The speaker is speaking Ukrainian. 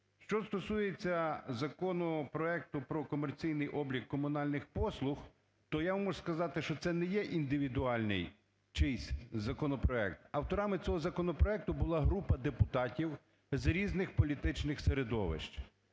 Що стосується законопроекту про комерційний облік комунальних послуг, то я можу вам сказати, що це не є індивідуальний чийсь законопроект. Авторами цього законопроекту була група депутатів з різних політичних середовищ,